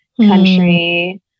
country